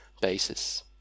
basis